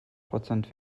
prozent